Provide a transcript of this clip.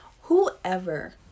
whoever